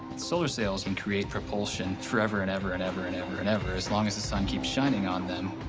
solar sails can create propulsion forever and ever and ever and ever and ever, as long as the sun keeps shining on them.